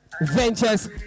Ventures